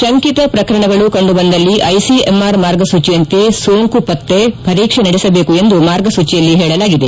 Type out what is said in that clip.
ಶಂಕಿತ ಪ್ರಕರಣಗಳು ಕಂಡು ಬಂದಲ್ಲಿ ಐಸಿಎಂಆರ್ ಮಾರ್ಗಸೂಚಿಯಂತೆ ಸೋಂಕುಪತ್ತೆ ಪರೀಕ್ಷೆ ನಡೆಸಬೇಕು ಎಂದು ಮಾರ್ಗಸೂಚಿಯಲ್ಲಿ ಹೇಳಿದೆ